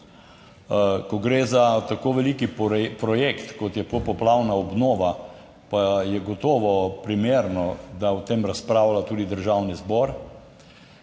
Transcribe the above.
Ko gre za tako velik projekt, kot je popoplavna obnova, pa je gotovo primerno, da o tem razpravlja tudi Državni zbor.